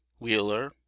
Wheeler